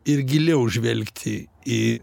ir giliau žvelgti į